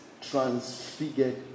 transfigured